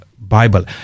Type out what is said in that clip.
Bible